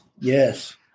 Yes